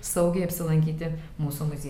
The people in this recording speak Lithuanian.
saugiai apsilankyti mūsų muziejuje